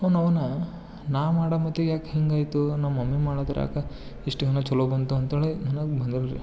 ಅವ್ನೌವ್ನ ನಾ ಮಾಡೋ ಮತ್ತೀಗ ಯಾಕೆ ಹಿಂಗಾಯಿತು ನಮ್ಮ ಮಮ್ಮಿ ಮಾಡಿದ್ರೆ ಯಾಕೆ ಇಷ್ಟು ಇನ್ನು ಚಲೋ ಬಂತಂದೇಳಿ ನನಗೆ ಬಂದಿಲ್ರಿ